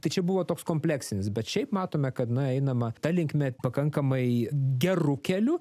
tai čia buvo toks kompleksinis bet šiaip matome kad nueinama ta linkme pakankamai geru keliu